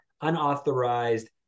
unauthorized